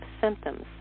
symptoms